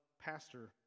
pastor